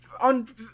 on